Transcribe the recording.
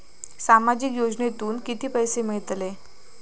सामाजिक योजनेतून किती पैसे मिळतले?